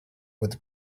with